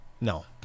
No